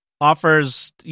offers